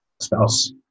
spouse